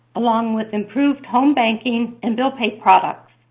along with improved home banking and bill pay products.